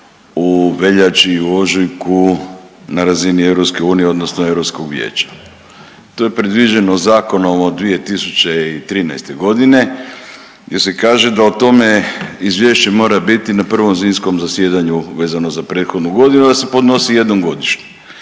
u veljači, u ožujku na razini EU odnosno Europskog vijeća. To je predviđeno zakonom od 2013.g. gdje se kaže da o tome izvješće mora biti na prvom zimskom zasjedanju vezano za prethodnu godinu i da se podnosi jednom godišnje,